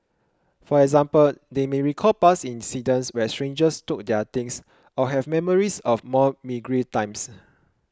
for example they may recall past incidents where strangers took their things or have memories of more meagre times